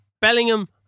Bellingham